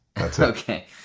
Okay